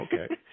Okay